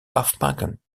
afmaken